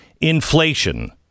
inflation